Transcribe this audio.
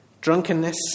drunkenness